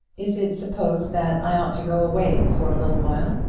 is it supposed that i ought to go away for a little while?